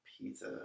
Pizza